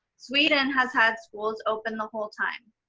sweden has had schools open the whole time.